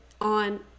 on